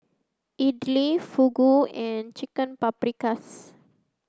Idili Fugu and Chicken Paprikas